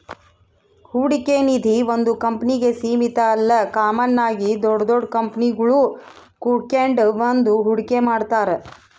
ಹೂಡಿಕೆ ನಿಧೀ ಒಂದು ಕಂಪ್ನಿಗೆ ಸೀಮಿತ ಅಲ್ಲ ಕಾಮನ್ ಆಗಿ ದೊಡ್ ದೊಡ್ ಕಂಪನಿಗುಳು ಕೂಡಿಕೆಂಡ್ ಬಂದು ಹೂಡಿಕೆ ಮಾಡ್ತಾರ